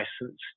license